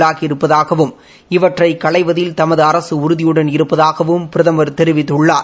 உள்ளாகி இருப்பதாகவும் இவற்றை களைவதில் தமது அரசு உறுதியுடன் இருப்பதாகவும் பிரதமர் தெரிவித்துள்ளார்